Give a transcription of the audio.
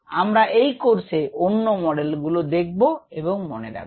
আমরা এই কোর্সে অন্য মডেল গুলো দেখবো এবং মনে রাখব